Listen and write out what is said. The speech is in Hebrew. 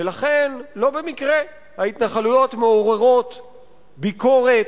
ולכן לא במקרה ההתנחלויות מעוררות ביקורת,